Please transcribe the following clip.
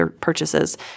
purchases